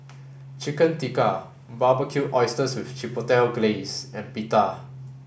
Chicken Tikka Barbecued Oysters with Chipotle Glaze and Pita